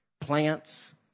Plants